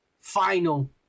final